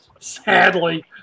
sadly